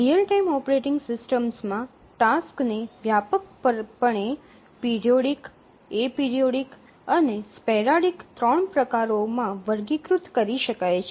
real time operating સિસ્ટમમાં ટાસક્સને વ્યાપકપણે પિરિયોડિક એપરિઓઇડિક અને સ્પેરાડિક ત્રણ પ્રકારોમાં વર્ગીકૃત કરી શકાય છે